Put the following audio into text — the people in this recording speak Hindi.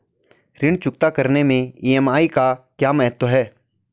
ऋण चुकता करने मैं ई.एम.आई का क्या महत्व है?